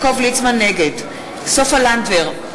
נגד סופה לנדבר,